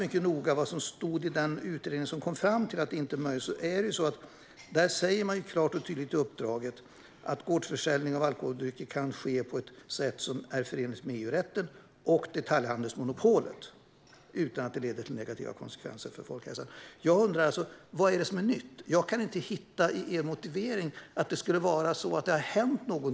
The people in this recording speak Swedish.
Men i den utredning som kom fram till att det inte är möjligt säger man klart och tydligt i uppdraget att gårdsförsäljning av alkoholdrycker kan ske på ett sätt som är förenligt med EU-rätten och detaljhandelsmonopolet utan att det leder till negativa konsekvenser för folkhälsan. Jag undrar vad det är som är nytt. I er motivering kan jag inte se att det skulle ha hänt någonting sedan 2010.